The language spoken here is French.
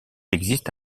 existe